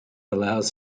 allows